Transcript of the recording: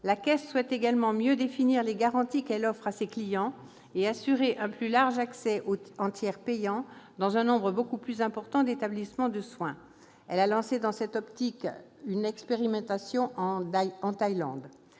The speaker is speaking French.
La Caisse souhaite également mieux définir les garanties qu'elle offre à ses clients et assurer un plus large accès en tiers payant dans un nombre beaucoup plus important d'établissements de soins. Elle a, dans cette optique, lancé une expérimentation en Thaïlande.